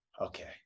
Okay